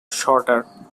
shorter